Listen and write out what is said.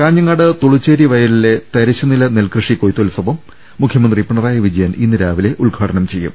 കാഞ്ഞങ്ങാട് തുളുച്ചേരി വയലിലെ തരിശുനില നെൽകൃഷി കൊയ്ത്തുത്സവം മുഖ്യമന്ത്രി പിണറായി വിജയൻ ഇന്ന് രാവിലെ ഉദ്ഘാടനം ചെയ്യും